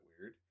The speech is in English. weird